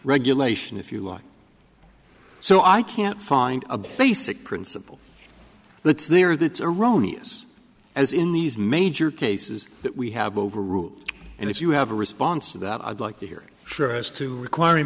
regulation if you like so i can't find a basic principle let's there that's erroneous as in these major cases that we have overruled and if you have a response to that i'd like to hear sure as to requiring